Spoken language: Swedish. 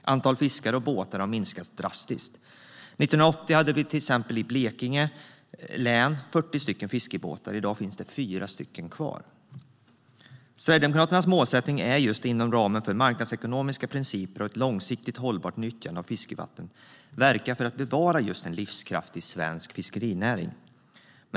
Antalet fiskare och båtar har minskat drastiskt. År 1980 hade vi till exempel i Blekinge län 40 fiskebåtar, och i dag finns det 4 kvar. Sverigedemokraternas målsättning är att inom ramen för marknadsekonomiska principer och ett långsiktigt hållbart nyttjande av fiskevatten verka för att bevara en livskraftig svensk fiskerinäring.